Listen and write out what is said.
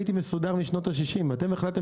הייתי מסודר משנות ה-60 אתם החלטתם